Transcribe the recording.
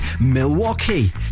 Milwaukee